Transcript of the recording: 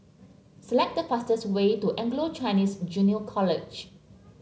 select the fastest way to Anglo Chinese Junior College